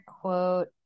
quote